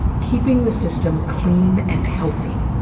and keeping the system clean and healthy.